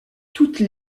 toutes